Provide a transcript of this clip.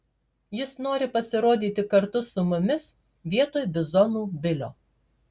jis nori pasirodyti kartu su mumis vietoj bizonų bilio